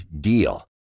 DEAL